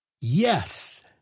yes